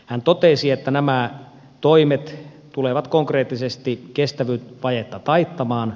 hän totesi että nämä toimet tulevat konkreettisesti kestävyysvajetta taittamaan